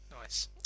Nice